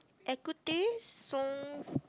equity